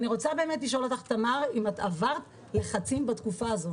אני באמת רוצה לשאול אותך אם עברת לחצים בתקופה הזאת.